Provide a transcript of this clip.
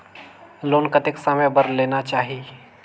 Loan कतेक समय बर लेना चाही?